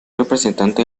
representante